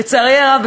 לצערי הרב,